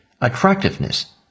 attractiveness